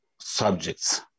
subjects